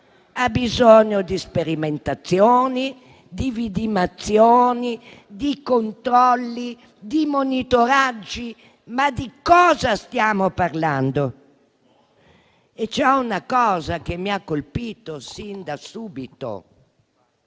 ha bisogno di sperimentazioni, di vidimazioni, di controlli e di monitoraggi. Ma di cosa stiamo parlando? C'è una cosa che mi ha colpito sin da subito.